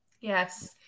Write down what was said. Yes